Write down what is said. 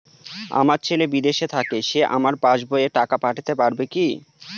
আমার ছেলে বিদেশে থাকে সে আমার পাসবই এ টাকা পাঠাতে পারবে কি?